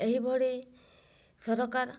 ଏହିଭଳି ସରକାର